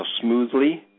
smoothly